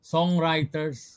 Songwriters